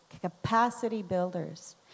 capacity-builders